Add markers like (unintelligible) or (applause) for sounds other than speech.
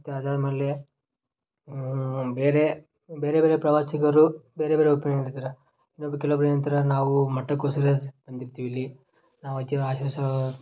ಮತ್ತು ಅದಾದಮೇಲೆ ಬೇರೆ ಬೇರೆ ಬೇರೆ ಪ್ರವಾಸಿಗರು ಬೇರೆ ಬೇರೆ ಒಪಿನಿಯನ್ ನೀಡ್ತಾರ ಇನ್ನೊಬ್ಬರು ಕೆಲವೊಬ್ಬರು ಏನಂತಾರ ನಾವು ಮಠಕ್ಕೊಸ್ಕರ ಬಂದಿರ್ತೀವ್ ಇಲ್ಲಿ ನಾವು (unintelligible)